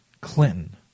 Clinton